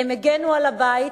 הם הגנו על הבית.